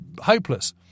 hopeless